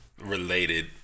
related